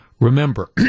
remember